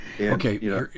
okay